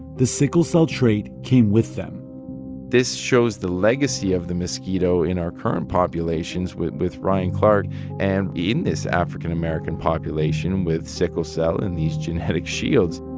the sickle cell trait came with them this shows the legacy of the mosquito in our current populations with with ryan clark and in this african american population with sickle cell and these genetic shields